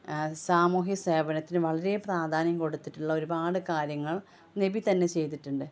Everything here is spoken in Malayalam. സാമൂഹിക സേവനത്തിന് വളരെ പ്രാധാന്യം കൊടുത്തിട്ടുള്ള ഒരുപാട് കാര്യങ്ങൾ നബി തന്നെ ചെയ്തിട്ടുണ്ട്